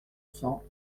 cents